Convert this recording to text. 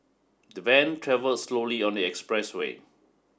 the van travelled slowly on the expressway